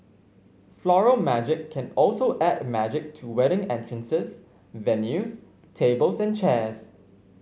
Floral Magic can also add magic to wedding entrances venues tables and chairs